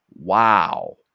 Wow